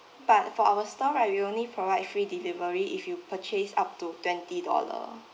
but for our store right we only provide free delivery if you purchase up to twenty dollars